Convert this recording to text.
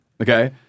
okay